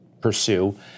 pursue